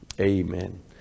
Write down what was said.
amen